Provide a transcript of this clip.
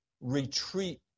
retreat